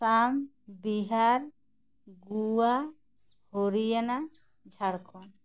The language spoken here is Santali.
ᱟᱥᱟᱢ ᱵᱤᱦᱟᱨ ᱜᱳᱣᱟ ᱦᱚᱨᱤᱭᱟᱱᱟ ᱡᱷᱟᱨᱠᱷᱚᱸᱰ